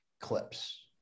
clips